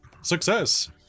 Success